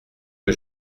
que